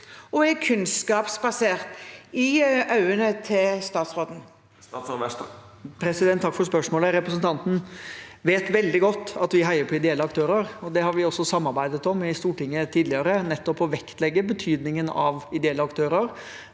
og er kunnskapsbasert, i øynene til statsråden? Statsråd Jan Christian Vestre Takk for spørsmålet. Representanten vet veldig godt at vi heier på ideelle aktører, og det har vi også samarbeidet om i Stortinget tidligere, nettopp å vektlegge betydningen av ideelle aktører,